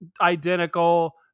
identical